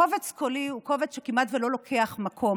קובץ קולי הוא קובץ שכמעט אינו תופס מקום,